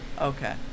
Okay